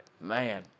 man